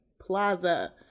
plaza